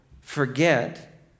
forget